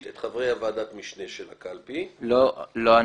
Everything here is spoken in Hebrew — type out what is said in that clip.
את חברי ועדת המשנה של הקלפי --- לא אני,